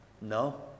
No